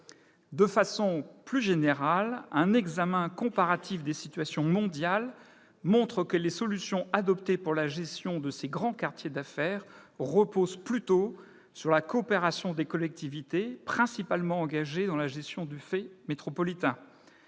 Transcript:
De façon plus générale, un examen comparatif des situations mondiales montre que les solutions adoptées pour la gestion des grands quartiers d'affaires reposent plutôt sur la coopération des collectivités principalement engagées dans la gestion du fait métropolitain.